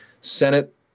Senate